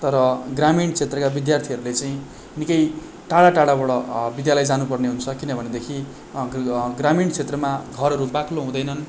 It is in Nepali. तर ग्रामीण क्षेत्रका विद्यार्थीहरूले चाहिँ निकै टाढा टाढाबाट विद्यालय जानुपर्ने हुन्छ किनभनेदेखि ग्रामीण क्षेत्रमा घरहरू बाक्लो हुँदैनन्